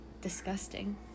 Disgusting